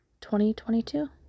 2022